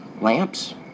lamps